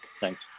Thanks